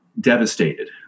Devastated